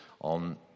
on